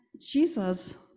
Jesus